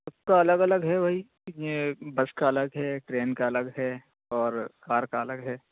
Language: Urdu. سب کا الگ الگ ہے وہی بس کا الگ ہے ٹرین کا الگ ہے اور کار کا الگ ہے